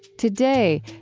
today,